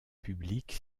publique